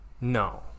no